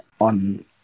on